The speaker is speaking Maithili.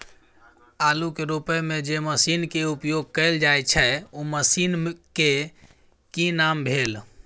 आलू के रोपय में जे मसीन के उपयोग कैल जाय छै उ मसीन के की नाम भेल?